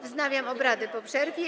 Wznawiam obrady po przerwie.